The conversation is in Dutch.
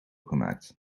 gemaakt